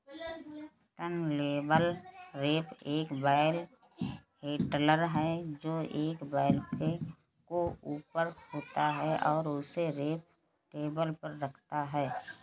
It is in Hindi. टर्नटेबल रैपर एक बेल हैंडलर है, जो एक बेल को ऊपर उठाता है और उसे रैपिंग टेबल पर रखता है